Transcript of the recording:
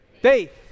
Faith